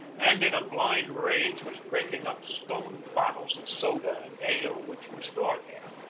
and in a blind rage was breaking up stone bottles of soda and ale which were stored there.